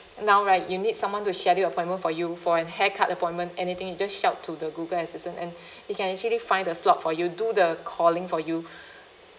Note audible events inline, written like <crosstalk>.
now right you need someone to schedule appointment for you for an haircut appointment anything you just shout to the google assistant and <breath> it can actually find the slot for you do the calling for you <breath>